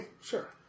Sure